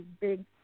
big